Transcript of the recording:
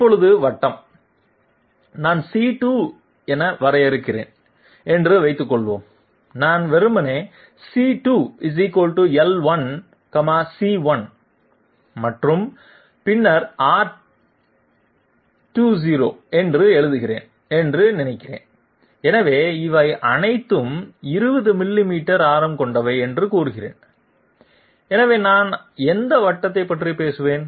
இப்போது வட்டம் நான் c2 என வரையறுக்கிறேன் என்று வைத்துக்கொள்வோம் நான் வெறுமனே c2 l1 c1 மற்றும் பின்னர் R20 என்று எழுதுகிறேன் என்று நினைக்கிறேன் எனவே இவை அனைத்தும் 20 மில்லிமீட்டர் ஆரம் கொண்டவை என்று கூறுகின்றன எனவே நான் எந்த வட்டத்தைப் பற்றி பேசுவேன்